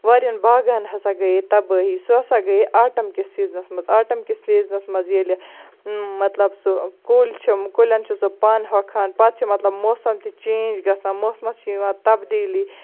واریاہَن باغَن ہسا گیے تَبٲہی سۄ ہسا گیے آٹَم کِس سیٖزنَس منٛز آٹَم کِس سیٖزنَس منٛز ییٚلہِ مطلب سُہ کُلۍ چھِ کُلٮ۪ن چھُ سُہ پَن ہوٚکھان پَتہٕ چھُ مطلب موسَم تہِ چینج گژھان موسمَس چھُ یِوان تَبدیٖلی